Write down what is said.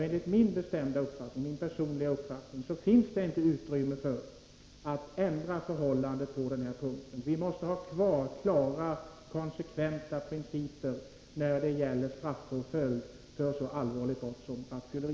Enligt min bestämda uppfattning finns det inte utrymme för att ändra på förhållandena. Vi måste ha kvar klara, konsekventa principer när det gäller straffpåföljden för ett så allvarligt brott som rattfylleri.